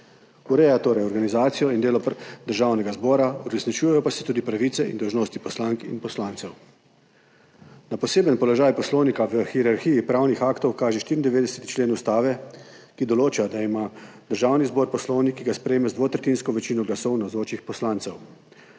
Ureja torej organizacijo in delo Državnega zbora, uresničujejo pa se tudi pravice in dolžnosti poslank in poslancev. Na poseben položaj Poslovnika v hierarhiji pravnih aktov kaže 94. člen Ustave, ki določa, da ima Državni zbor poslovnik, ki ga sprejme z dvotretjinsko večino glasov navzočih poslancev.